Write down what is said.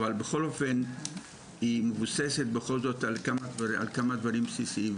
אבל בכל אופן היא מבוססת על כמה דברים בסיסיים.